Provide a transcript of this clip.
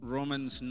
Romans